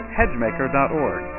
hedgemaker.org